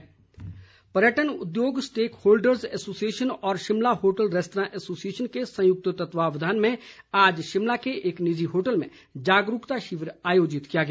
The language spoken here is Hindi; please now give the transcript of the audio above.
जागरूकता शिविर पर्यटन उद्योग स्टेक होल्डर्ज एसोसिएशन और शिमला होटल रेस्तरां एसोसिएशन के संयुक्त तत्वावधान में आज शिमला के एक निजी होटल में जागरूकता शिविर आयोजित किया गया